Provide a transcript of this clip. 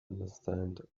understand